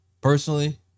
personally